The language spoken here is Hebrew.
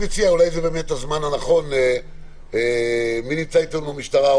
אולי זה הזמן הנכון לעבור לנציג המשטרה,